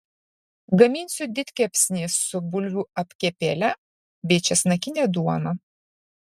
gaminsiu didkepsnį su bulvių apkepėle bei česnakine duona